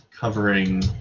covering